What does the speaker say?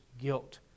guilt